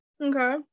okay